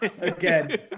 Again